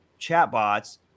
chatbots